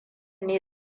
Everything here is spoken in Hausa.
ne